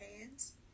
hands